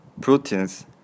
proteins